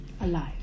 alive